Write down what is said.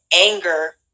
anger